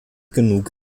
genug